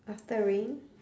after rain